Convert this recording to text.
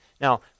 Now